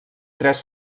tres